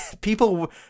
people